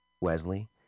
Wesley